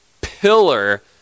pillar